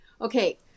Okay